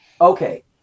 Okay